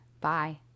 Bye